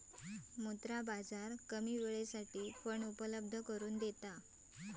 मुद्रा बाजार कमी वेळेसाठी फंड उपलब्ध करून देता